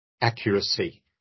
accuracy